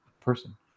person